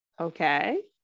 Okay